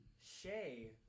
Shay